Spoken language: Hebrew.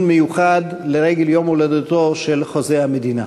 מיוחד לרגל יום הולדתו של חוזה המדינה,